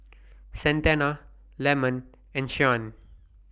Santana Lemon and Shyann